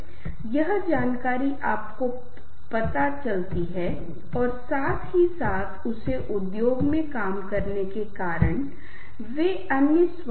नाटकीयता के लिए और मैं आपको एक उदाहरण थोड़ी देर बाद दूंगा कि कैसे संगीत कुछ व्यक्त करने का प्रबंधन करता है जो आमतौर पर बहुत शक्तिशाली रूप से व्यक्त नहीं किया जाएगा